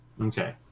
Okay